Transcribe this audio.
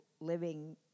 living